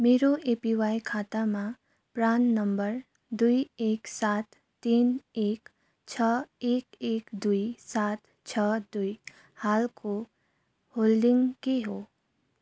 मेरो एपिवाई खातामा PRAN number दुई एक सात तिन एक छ एक एक दुई सात छ दुई हालको होल्डिङ के हो